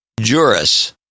Juris